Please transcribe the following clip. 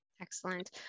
Excellent